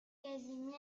casimir